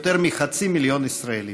יותר מחצי מיליון ישראליים.